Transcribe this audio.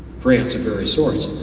plans vary source.